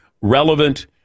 relevant